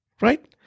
right